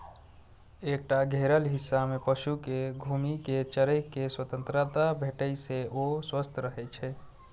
एकटा घेरल हिस्सा मे पशु कें घूमि कें चरै के स्वतंत्रता भेटै से ओ स्वस्थ रहै छै